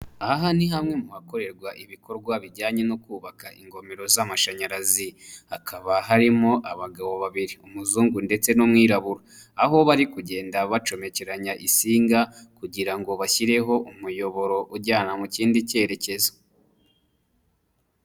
Aha ni hamwe mu hakorerwa ibikorwa bijyanye no kubaka ingomero z'amashanyarazi, hakaba harimo abagabo babiri umuzungu ndetse n'umwirabura aho bari kugenda bacomekeranya insinga kugira ngo bashyireho umuyoboro ujyana mu kindi cyerekezo.